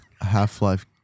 Half-Life